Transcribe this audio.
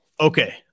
Okay